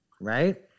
right